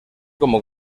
como